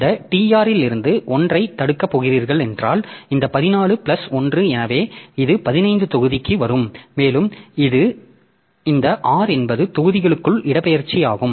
இந்த tr இல் 1 ஐ தடுக்கப் போகிறீர்கள் என்றால் இந்த 14 பிளஸ் 1 எனவே இது 15 தொகுதி வரும் மேலும் இந்த R என்பது தொகுதிகளுக்குள் இடப்பெயர்ச்சி ஆகும்